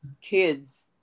kids